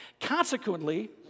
Consequently